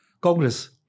Congress